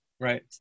Right